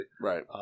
Right